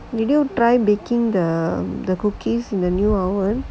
you do try baking the the cookies in the new oven